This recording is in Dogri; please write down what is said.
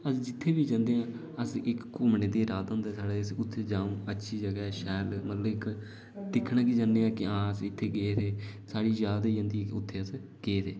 अस जित्थें बी जंदे आं अस इक घुम्मने दा इरादा होंदा साढ़ा अस उत्थै जां अच्छी जगह जां शैल मतलब दिक्खने गी जन्ने आं कि आं अस इत्थै गेदे हे साढ़ी याद आई जंदी कि अस उत्थै गेदे हे